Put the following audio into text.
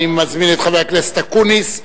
אני מזמין את חבר הכנסת אקוניס,